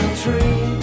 tree